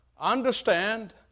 understand